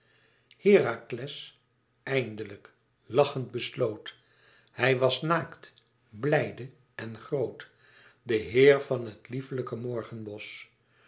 herakles eindelijk lachend besloot hij was naakt blijde en groot de heer van het lieflijke morgenbosch